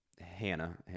Hannah